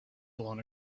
blown